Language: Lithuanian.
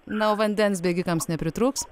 na o vandens bėgikams nepritrūks